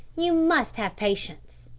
you must have patience!